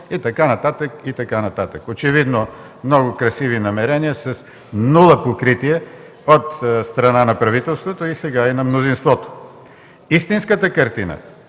и така нататък, и така нататък. Очевидно намеренията са много красиви с нула покритие от страна на правителството, а сега и от мнозинството. Истинската картина,